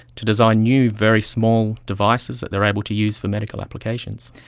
to design new very small devices that they are able to use for medical applications.